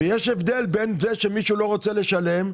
יש הבדל בין מי שלא רוצה לשלם,